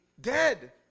dead